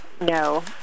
no